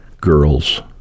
girls